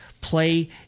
play